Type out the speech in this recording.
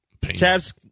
Chaz